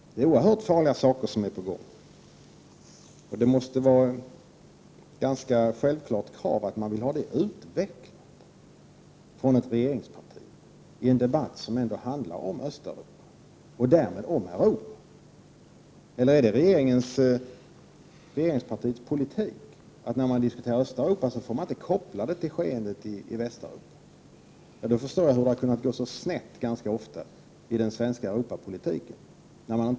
Det är oerhört farliga saker som är på gång, och det måste vara ett ganska själv 95 klart krav att få detta utvecklat från regeringspartiet, i en debatt som ändå handlar om Östeuropa och därmed om Europa. Eller är det regeringspartiets politik att när man diskuterar Östeuropa inte göra någon koppling till skeendet i Västeuropa? I så fall förstår jag hur det ganska ofta har kunnat gå så snett med den svenska Europapolitiken.